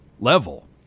level